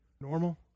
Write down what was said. normal